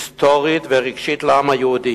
היסטורית ורגשית לעם היהודי,